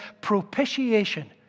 propitiation